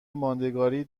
ماندگاری